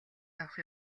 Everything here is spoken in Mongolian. явах